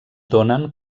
donen